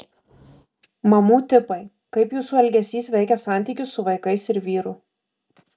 mamų tipai kaip jūsų elgesys veikia santykius su vaikais ir vyru